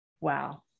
wow